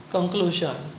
Conclusion